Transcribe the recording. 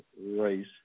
race